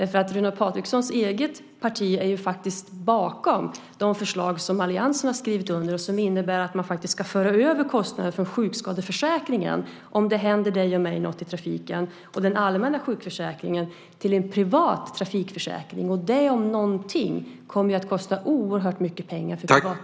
Runar Patrikssons eget parti står ju bakom de förslag som alliansen har skrivit under. De innebär att man ska föra över kostnader från sjukskadeförsäkringen och den allmänna sjukförsäkringen till en privat trafikförsäkring om det händer dig eller mig något i trafiken. Det om något kommer att kosta oerhört mycket pengar för privatbilister.